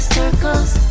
circles